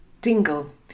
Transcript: Dingle